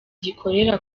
gikorera